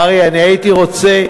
אריה, אני הייתי רוצה,